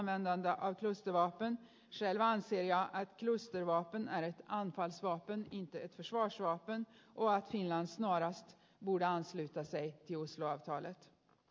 själv anser jag att klustervapen är ett anfallsvapen inte ett försvarsvapen och att finland snarast borde ansluta sig till osloavtalet